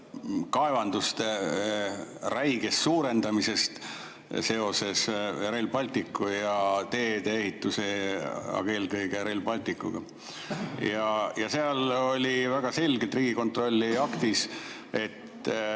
kaevanduste räigest suurendamisest seoses Rail Balticu ja teedeehitusega, aga eelkõige Rail Balticuga. Ja seal oli väga selgelt Riigikontrolli aktis